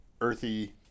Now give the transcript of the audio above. Earthy